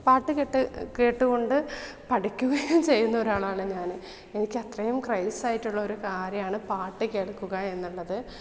പാട്ട് കേട്ട് കേട്ടുകൊണ്ട് പഠിക്കുകയും ചെയ്യുന്ന ഒരാളാണ് ഞാൻ എനിക്ക് അത്രയും ക്രൈസായിട്ടുള്ളൊരു കാര്യമാണ് പാട്ട് കേൾക്കുക എന്നുള്ളത്